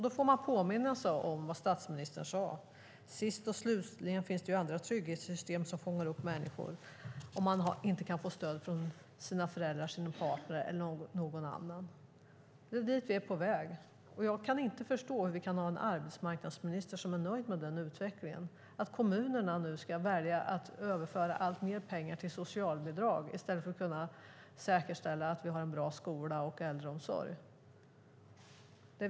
Då får vi påminna oss om vad statsministern sade: Sist och slutligen finns det andra trygghetssystem som fångar upp människor om man inte kan få stöd av sina föräldrar, sin partner eller någon annan. Det är dit vi är på väg. Jag kan inte förstå hur vi kan ha en arbetsmarknadsminister som är nöjd med den utvecklingen, att kommunerna nu ska välja att överföra alltmer pengar till socialbidrag i stället för att säkerställa att vi har en bra skola och äldreomsorg.